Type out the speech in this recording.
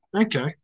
Okay